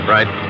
Right